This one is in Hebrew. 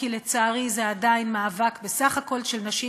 כי לצערי זה עדיין מאבק בסך הכול של נשים.